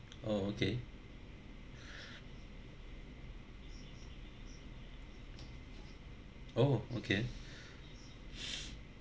oh okay oh okay